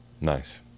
nice